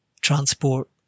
transport